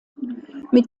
mit